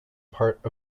part